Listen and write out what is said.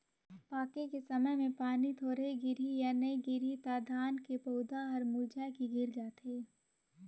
पाके के समय मे पानी थोरहे गिरही य नइ गिरही त धान के पउधा हर मुरझाए के गिर जाथे